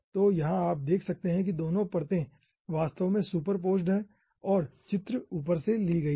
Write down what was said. तो यहाँ आप देख सकते हैं कि दोनों परतें वास्तव में सुपरपोज़्ड हैं और चित्र ऊपर से ली गई है